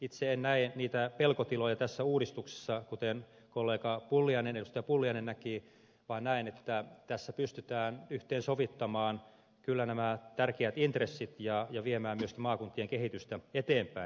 itse en näe niitä pelkotiloja tässä uudistuksessa kuten kollega edustaja pulliainen näki vaan näen että tässä pystytään yhteensovittamaan kyllä nämä tärkeät intressit ja viemään myöskin maakuntien kehitystä eteenpäin